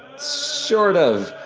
sort of,